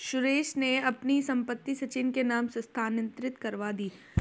सुरेश ने अपनी संपत्ति सचिन के नाम स्थानांतरित करवा दी